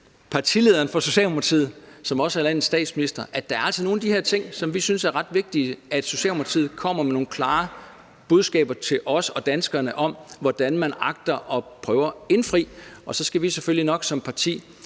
partilederen for Socialdemokratiet, som også er landets statsminister, at der altså er nogle af de her løfter, hvor vi synes, at det er ret vigtigt, at Socialdemokratiet kommer med nogle klare budskaber til os og danskerne om, hvordan man agter at prøve at indfri dem. Så skal vi selvfølgelig nok som parti